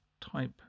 type